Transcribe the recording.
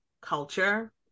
culture